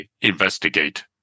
investigate